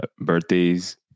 birthdays